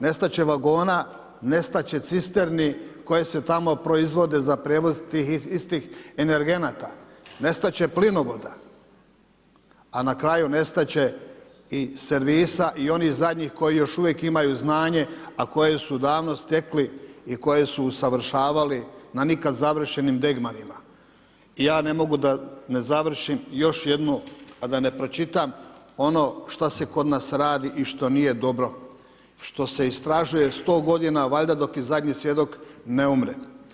Nestat će vagona, nestat će cisterni koje se tamo proizvode za prijevoz tih istih energenata, nestat će plinovoda a na kraju nestat će i servisa i onih zadnjih koji još uvijek imaju znanje a koje su davno stekli i koji su usavršavali na nikad završenim ... Ja ne mogu da ne završim još jednom a da ne pročitam ono što se kod nas radi i što nije dobro, što se istražuje 100 g., valjda dok i zadnji svjedok ne umre.